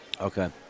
Okay